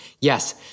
Yes